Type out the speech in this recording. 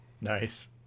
nice